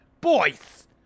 Boys